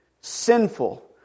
sinful